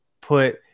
put